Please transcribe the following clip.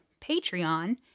Patreon